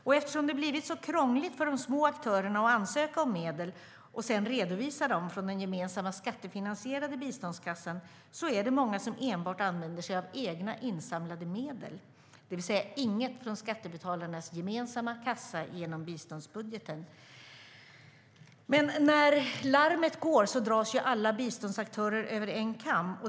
Men eftersom det blivit så krångligt för de små aktörerna att ansöka om medel och sen redovisa dem från den gemensamma skattefinansierade biståndskassan är det många som enbart använder egna insamlade medel, det vill säga inget från skattebetalarnas gemensamma kassa och biståndsbudgeten. Men när larmet går dras alla biståndsaktörer över en kam.